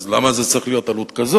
אז למה העלות צריכה להיות כזאת?